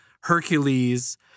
Hercules